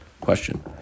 question